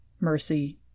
mercy